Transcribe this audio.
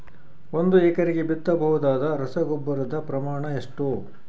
ಒಂದು ಎಕರೆಗೆ ಬಿತ್ತಬಹುದಾದ ರಸಗೊಬ್ಬರದ ಪ್ರಮಾಣ ಎಷ್ಟು?